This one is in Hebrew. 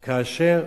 כאשר,